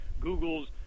Google's